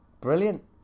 Brilliant